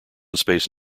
space